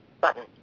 Button